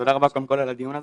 תודה רבה קודם כל על הדיון הזה,